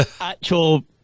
Actual